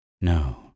No